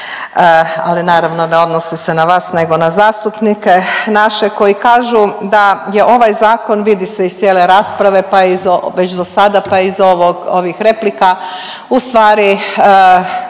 ali naravno ne odnosi se na vas nego na zastupnike naše koji kažu da je ovaj zakon vidi se iz cijele rasprave pa i već do sada pa iz ovih replika ustvari